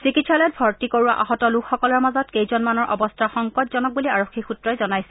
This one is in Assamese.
চিকিৎসালয়ত ভৰ্তি কৰোৱা আহত লোকসকলৰ মাজত কেইজনমানৰ অৱস্থা সংকটজনক বুলি আৰক্ষী সূত্ৰই জনাইছে